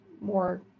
more